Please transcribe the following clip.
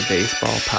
Baseball